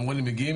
אמרו לי: מגיעים,